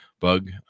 bug